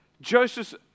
Joseph